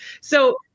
So-